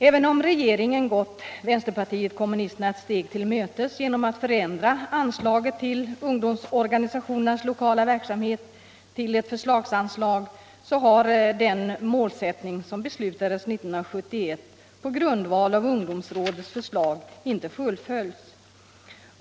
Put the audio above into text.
Även om regeringen gått vänsterpartiet kommunisterna ett steg till mötes genom att förändra anslaget till ungdomsorganisationernas lokala verksamhet till ett förslagsanslag, har den målsättning som beslutades 1971 på grundval av ungdomsrådets förslag inte fullföljts.